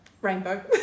rainbow